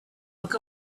look